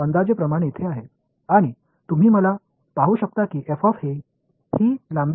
எனவே இது போன்ற ஒரு ட்ராபிஸியம் எடுத்து இந்த அளவிற்கு பரப்பளவை இங்கே மதிப்பிடலாம்